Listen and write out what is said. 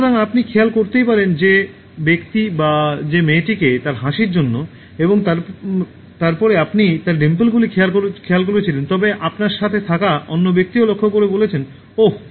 সুতরাং আপনি খেয়াল করতেই পারেন যে ব্যক্তি বা যে মেয়েটিকে তার হাসির জন্য এবং তারপরে আপনি তাঁর ডিম্পলগুলি খেয়াল করেছিলেন তবে আপনার সাথে থাকা অন্য ব্যক্তিও লক্ষ্য করে বলেছেন "ওহ